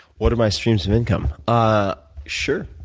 what are my streams of income? ah sure.